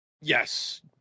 yes